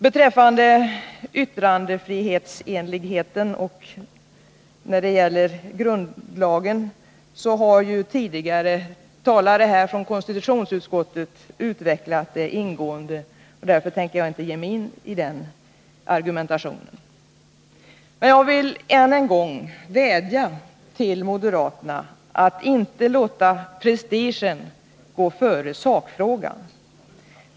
Om yttrandefriheten och grundlagen har ju andra talare som tillhör konstitutionsutskottet redogjort ingående, varför jag själv inte tänker ge mig in på det området. Jag vill emellertid än en gång vädja till moderaterna att inte låta prestigen gå före sakfrågan.